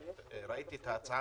ראיתי את ההצעה